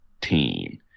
team